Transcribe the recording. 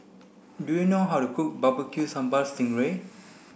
do you know how to cook barbecue sambal sting ray